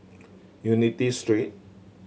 Unity Street